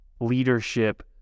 leadership